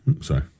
Sorry